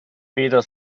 weder